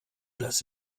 das